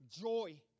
joy